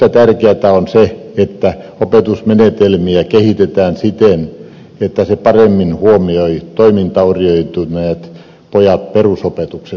yhtä tärkeätä on se että opetusmenetelmiä kehitetään siten että ne paremmin huomioivat toimintaorientoituneet pojat perusopetuksessa